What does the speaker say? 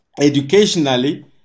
educationally